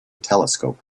telescope